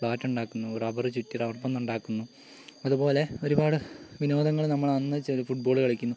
ബാറ്റുണ്ടാക്കുന്നു rubber ചുറ്റി rubber പന്തുണ്ടാകുന്നു അതുപോലെ ഒരുപാട് വിനോദങ്ങൾ നമ്മൾ അന്ന് ചെറിയ ഫുട്ബോൾ കളിക്കുന്നു